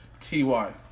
ty